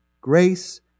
Grace